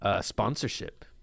sponsorship